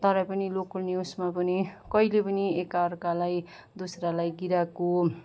तरै पनि लोकल न्युजमा पनि कहिले पनि एकअर्कालाई दोस्रालाई गिराएको